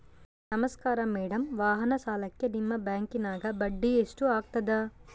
ನಮಸ್ಕಾರ ಮೇಡಂ ವಾಹನ ಸಾಲಕ್ಕೆ ನಿಮ್ಮ ಬ್ಯಾಂಕಿನ್ಯಾಗ ಬಡ್ಡಿ ಎಷ್ಟು ಆಗ್ತದ?